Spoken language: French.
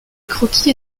croquis